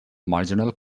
marginal